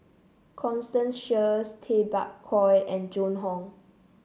Constance Sheares Tay Bak Koi and Joan Hon